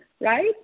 Right